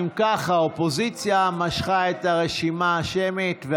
האופוזיציה משכה את הבקשה להצבעה שמית,